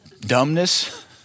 Dumbness